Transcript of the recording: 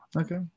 Okay